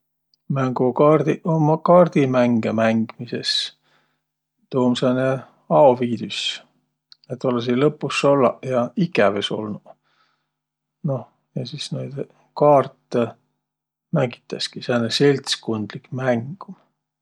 Mängokaardiq umma kaardimängõ mängmises. Tuu um sääne aoviidüs, et olõsiq lõpus ollaq ja ikäv es olnuq. Noh, ja sis noid kaartõ mängitäski. Sääne seltskundlik mäng um.